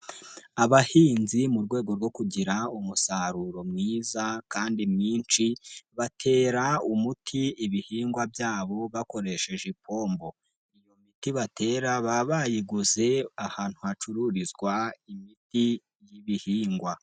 Abahinzi mu rwego rwo kugira umusaruro mwiza kandi mwinshi batera umuti ibihingwa byabo bakoresheje ipombo, iyo miti batera baba bayiguze ahantu hacururizwa imiti y'ibihingwa.